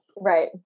Right